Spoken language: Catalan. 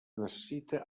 necessita